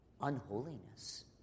unholiness